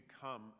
come